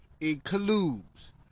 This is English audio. includes